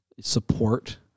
support